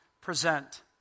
present